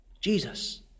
Jesus